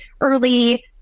early